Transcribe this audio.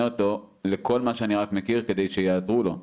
אותו לכל מה שאני רק מכיר כדי שיעזרו לו.